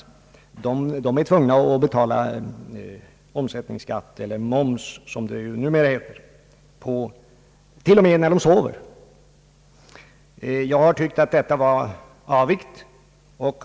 De är tvungna att betala omsättningsskatt — eller moms som det ju numera heter — t.o.m. när de sover. Jag har tyckt att detta är avigt.